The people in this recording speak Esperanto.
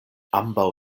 ambaŭ